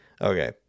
Okay